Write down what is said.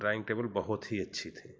dining table बहुत ही अच्छी थी